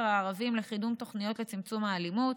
הערביים לקידום תוכניות לצמצום האלימות,